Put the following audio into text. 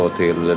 till